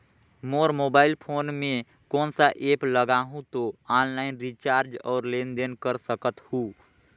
मोर mobile phone मे कोन सा एप्प लगा हूं तो ऑनलाइन रिचार्ज और लेन देन कर सकत हू?